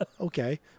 Okay